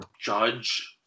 judge